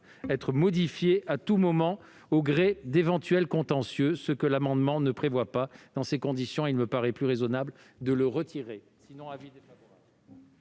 être modifiée à tout moment au gré d'éventuels contentieux, ce que l'amendement ne tend pas à prévoir. Dans ces conditions, il me paraîtrait plus raisonnable de retirer